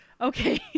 Okay